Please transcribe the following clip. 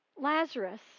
Lazarus